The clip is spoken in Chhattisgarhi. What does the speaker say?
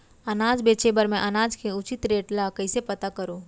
अनाज बेचे बर मैं अनाज के उचित रेट ल कइसे पता करो?